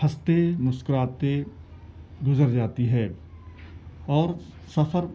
ہنستے مسکراتے گزر جاتی ہے اور سفر